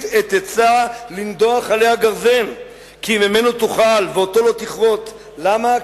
את עצה לנדח עליו גרזן כי ממנו תאכל ואתו לא תכרת." למה?